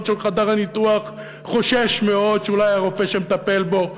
של חדר הניתוח חושש מאוד שאולי הרופא שמטפל בו,